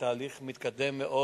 בתהליך מתקדם מאוד.